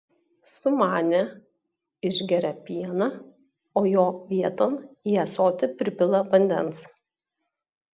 sumanę išgeria pieną o jo vieton į ąsotį pripila vandens